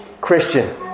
Christian